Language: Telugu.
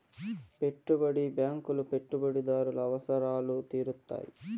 పెట్టుబడి బ్యాంకులు పెట్టుబడిదారుల అవసరాలు తీరుత్తాయి